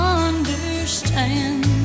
understand